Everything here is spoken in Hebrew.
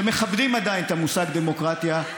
שמכבדים עדיין את המושג דמוקרטיה,